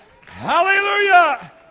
Hallelujah